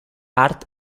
art